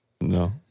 No